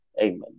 amen